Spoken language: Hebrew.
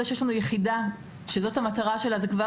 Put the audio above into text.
אני חושבת שזה שיש לנו יחידה שזאת המטרה שלה זוהי כבר